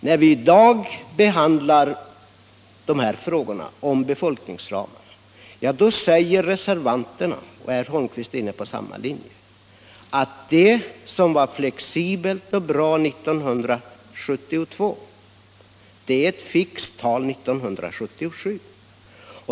När vi i dag behandlar frågan om befolkningsramarna säger reservanterna — herr Holmqvist är också inne på den linjen — att det som var flexibelt och bra 1972 är ett fixt tal 1977.